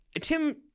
Tim